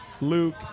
Luke